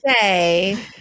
say